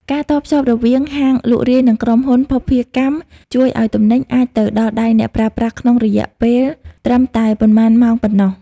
ការតភ្ជាប់រវាងហាងលក់រាយ និងក្រុមហ៊ុនភស្តុភារកម្ម ជួយឱ្យទំនិញអាចទៅដល់ដៃអ្នកប្រើប្រាស់ក្នុងរយៈពេលត្រឹមតែប៉ុន្មានម៉ោងប៉ុណ្ណោះ។